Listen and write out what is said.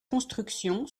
construction